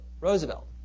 Roosevelt